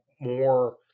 more